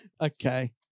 Okay